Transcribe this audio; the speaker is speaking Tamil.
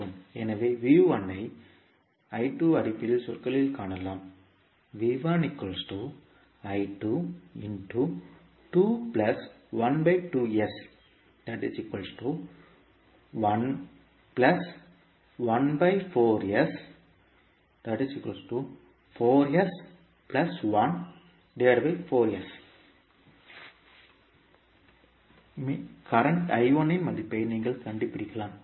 எனவே ஐ I2 அடிப்படையில் சொற்களில் காணலாம் மின்சார I1 இன் மதிப்பை நீங்கள் கண்டுபிடிக்கலாம்